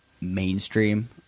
mainstream